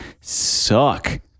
suck